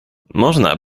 można